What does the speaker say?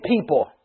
people